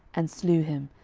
and slew him,